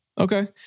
Okay